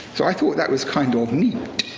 so i thought that was kind of neat.